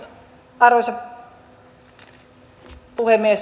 arvoisa puhemies